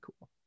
cool